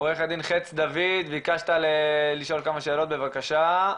עוה"ד חץ דוד, ביקשת לשאול כמה שאלות, בבקשה.